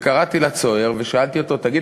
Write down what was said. קראתי לצוער ושאלתי אותו: תגיד,